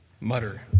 Mutter